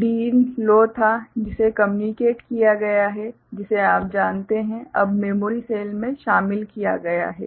Din लो था जिसे कम्यूनिकेट किया गया है जिसे आप जानते हैं अब मेमोरी सेल में शामिल किया गया है